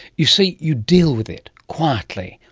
you see, you deal with it, quietly,